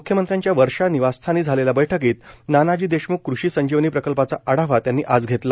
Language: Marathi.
मुख्यमंत्र्यांच्या वर्षा निवासस्थानी झालेल्या बैठकीत नानाजी देशम्ख कृषी संजीवनी प्रकल्पाचा आढावा त्यांनी आज घेतला